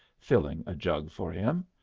filling a jug for him.